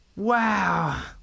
Wow